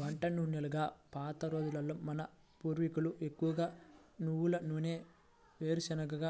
వంట నూనెలుగా పాత రోజుల్లో మన పూర్వీకులు ఎక్కువగా నువ్వుల నూనె, వేరుశనగ